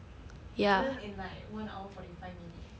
I learnt in like one hour forty five minutes